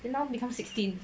then now become sixteen